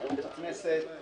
ערוץ הכנסת,